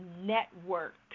network